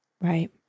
Right